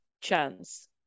chance